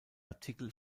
artikel